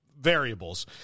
variables